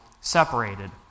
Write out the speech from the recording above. separated